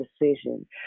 decision